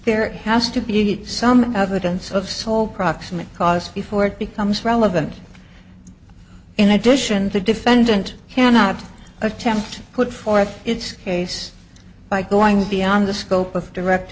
there has to be some evidence of so proximate cause for it becomes relevant in addition the defendant cannot attempt to put forth its case by going beyond the scope of direct